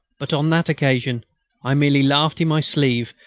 but on that occasion i merely laughed in my sleeve,